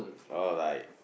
oh like